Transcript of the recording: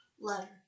Letter